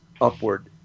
upward